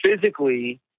physically